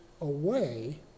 away